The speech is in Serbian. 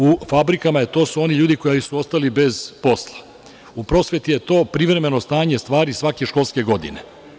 U fabrikama, to su oni ljudi koji su ostali bez posla, u prosveti je to privremeno stanje stvari svake školske godine.